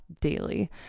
daily